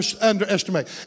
underestimate